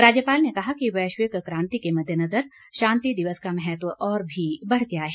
राज्यपाल ने कहा कि वैश्विक कांति के मद्देनजर शांति दिवस का महत्व और भी बढ़ गया है